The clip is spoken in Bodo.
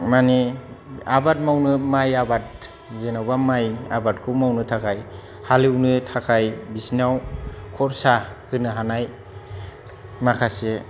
माने आबाद मावनो माइ आबाद जेनेबा माइ आबादखौ मावनो थाखाय हालेवनो थाखाय बिसोरनाव खरसा होनो हानाय माखासे